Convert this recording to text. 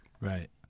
Right